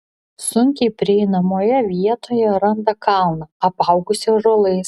sunkiai prieinamoje vietoje randa kalną apaugusį ąžuolais